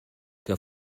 que